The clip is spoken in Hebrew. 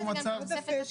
בנושא של האשפוז ההמשכי,